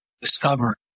discover